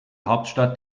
hauptstadt